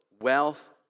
wealth